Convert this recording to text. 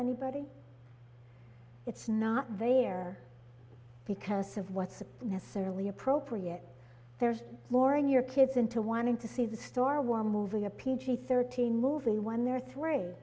anybody it's not there because of what's necessarily appropriate there's more in your kids into wanting to see the star war movie a p g thirteen movie when there are three